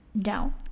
down